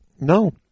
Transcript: No